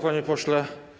Panie Pośle!